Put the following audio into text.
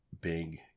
big